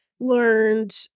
learned